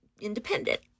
independent